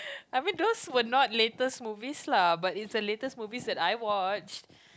I mean those were not latest movie lah but it's a latest movie that I watched